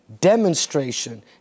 demonstration